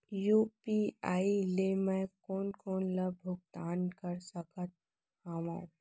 UPI ले मैं कोन कोन ला भुगतान कर सकत हओं?